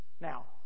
Now